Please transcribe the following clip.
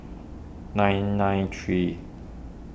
nine nine three